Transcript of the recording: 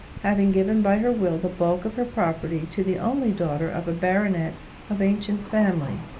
having given by her will the bulk of her property to the only daughter of a baronet of ancient family,